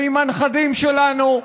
ועם הנכדים שלנו.